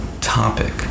topic